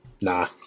nah